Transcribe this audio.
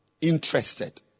interested